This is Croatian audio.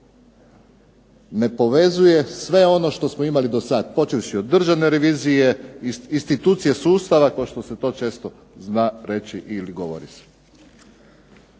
ne povezuje sve ono što smo imali do sada počevši od državne revizije, institucije sustava kao što se to često zna reći ili govoriti.